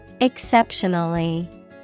Exceptionally